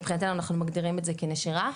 מבחינתנו אנחנו מגדירים את זה כנשירה.